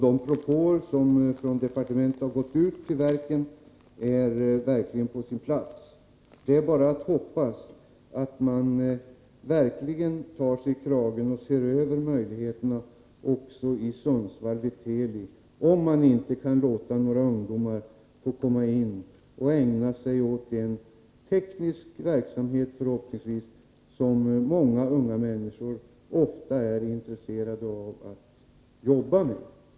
De propåer från departementet som har gått ut till verken är sannerligen på sin plats. Det är bara att hoppas att man verkligen tar sig i kragen och ser över möjligheterna att låta några ungdomar komma in på Teli i Sundsvall, där de kan få ägna sig åt, förhoppningsvis, en teknisk verksamhet som många unga människor ofta är intresserade av att jobba med.